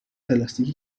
پلاستیک